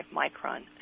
micron